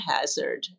hazard